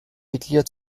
mitglieder